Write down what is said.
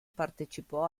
partecipò